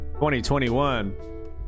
2021